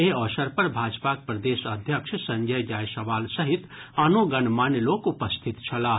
एहि अवसर पर भाजपाक प्रदेश अध्यक्ष संजय जयसवाल सहित आनो गणमान्य लोक उपस्थित छलाह